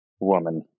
woman